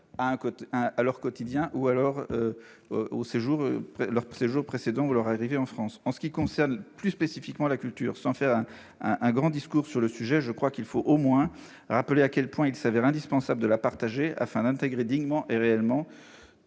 à leur quotidien ou à l'expérience qui a précédé leur arrivée en France. En ce qui concerne plus spécifiquement la culture, sans faire de grand discours sur le sujet, je crois qu'il faut au moins rappeler à quel point il s'avère indispensable de la partager, afin d'intégrer dignement et réellement